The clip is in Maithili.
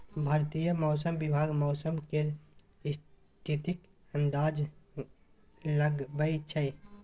भारतीय मौसम विभाग मौसम केर स्थितिक अंदाज लगबै छै